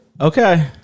Okay